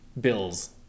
Bills